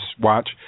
watch